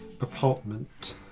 apartment